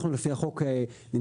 אנחנו לפני החוק נדרשנו,